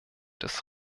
des